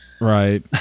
right